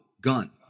gun